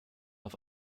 auf